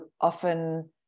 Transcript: often